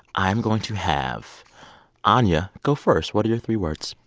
i'm going to have anya go first. what are your three words?